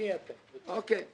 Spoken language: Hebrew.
מי אתם בשבילם?